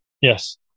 Yes